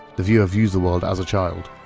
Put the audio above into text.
the viewer views the world as a child,